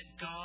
God